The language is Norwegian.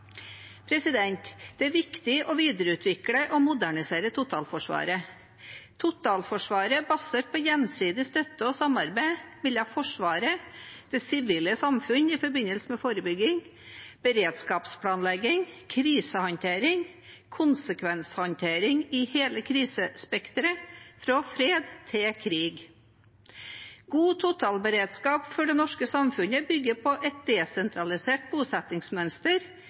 Det er viktig å videreutvikle og modernisere totalforsvaret. Totalforsvaret er basert på gjensidig støtte og samarbeid mellom Forsvaret og det sivile samfunnet i forbindelse med forebygging, beredskapsplanlegging, krisehåndtering og konsekvenshåndtering i hele krisespekteret, fra fred til krig. God totalberedskap for det norske samfunnet bygger på et desentralisert bosettingsmønster,